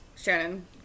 Shannon